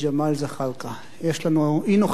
יש לנו אי-נוכחות מלאה של הבאים.